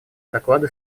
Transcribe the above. доклады